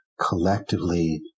collectively